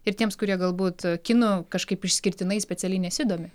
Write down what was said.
ir tiems kurie galbūt kinu kažkaip išskirtinai specialiai nesidomi